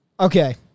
Okay